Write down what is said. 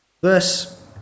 Verse